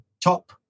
top